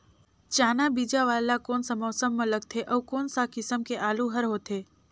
चाना बीजा वाला कोन सा मौसम म लगथे अउ कोन सा किसम के आलू हर होथे?